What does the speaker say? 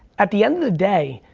at the end of the day,